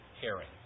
hearing